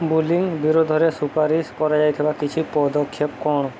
bullying ବିରୋଧରେ ସୁପାରିଶ କରାଯାଇଥିବା କିଛି ପଦକ୍ଷେପ କ'ଣ